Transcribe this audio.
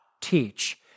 teach